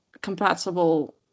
compatible